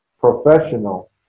professional